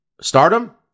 Stardom